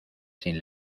sin